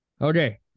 Okay